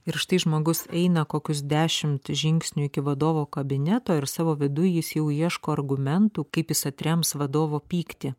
ir štai žmogus eina kokius dešimt žingsnių iki vadovo kabineto ir savo viduj jis jau ieško argumentų kaip jis atrems vadovo pyktį